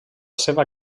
seva